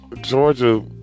georgia